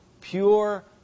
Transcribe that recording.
pure